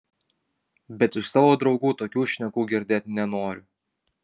bet iš savo draugų tokių šnekų girdėt nenoriu